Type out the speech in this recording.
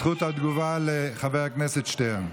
זכות התגובה לחבר הכנסת שטרן.